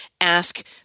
ask